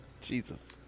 Jesus